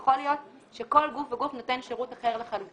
יכול להיות שכל גוף וגוף נותן שירות אחר לחלוטין